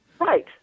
Right